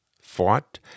fought